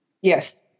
Yes